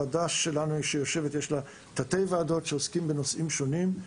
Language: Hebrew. לוועדה שלנו יש תת ועדות שעוסקים בנושאים שונים.